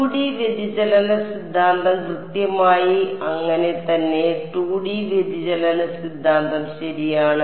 2D വ്യതിചലന സിദ്ധാന്തം കൃത്യമായി അങ്ങനെ തന്നെ 2D വ്യതിചലന സിദ്ധാന്തം ശരിയാണ്